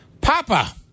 Papa